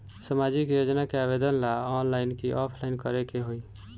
सामाजिक योजना के आवेदन ला ऑनलाइन कि ऑफलाइन करे के होई?